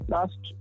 Last